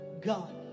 God